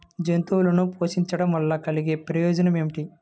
జంతువులను పోషించడం వల్ల కలిగే ప్రయోజనం ఏమిటీ?